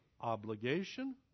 obligation